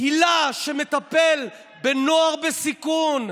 היל"ה, שמטפלת בנוער בסיכון,